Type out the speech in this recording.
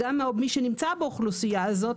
גם מי שנמצא באוכלוסייה הזאת,